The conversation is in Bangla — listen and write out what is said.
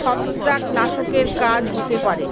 ছত্রাকনাশকের কাজ হতে পারে